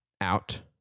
out